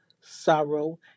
sorrow